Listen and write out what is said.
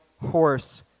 horse